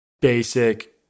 basic-